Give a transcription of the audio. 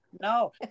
No